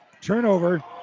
turnover